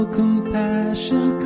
compassion